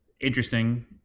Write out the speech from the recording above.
Interesting